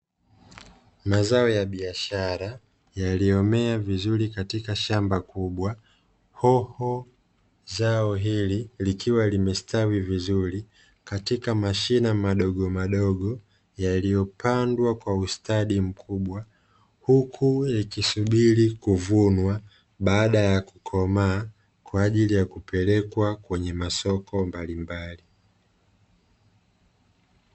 Mazao ya biashara yaliyomea vizuri katika shamba kubwa. Hoho zao hili likiwa limestawi vizuri katika mashina madogo madogo yaliyopandwa kwa ustadi mkubwa, huku yakisubiri kuvunwa baada ya kukomaa kwa ajili ya kupelekwa kwenye masoko mbalimbali.